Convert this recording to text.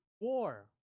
war